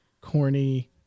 corny